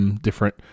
different